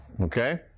Okay